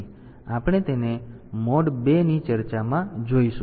તેથી આપણે તેને મોડ 2 ની ચર્ચામાં જોઈશું